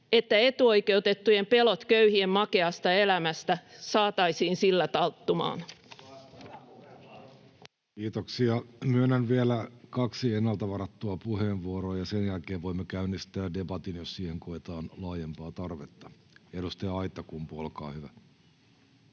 ja eräiden muiden lakien muuttamisesta Time: 14:17 Content: Kiitoksia. — Myönnän vielä kaksi ennalta varattua puheenvuoroa, ja sen jälkeen voimme käynnistää debatin, jos siihen koetaan laajempaa tarvetta. — Edustaja Aittakumpu, olkaa hyvä.